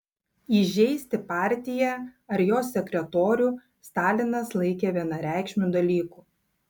įžeisti partiją ar jos sekretorių stalinas laikė vienareikšmiu dalyku